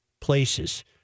places